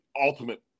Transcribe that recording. ultimate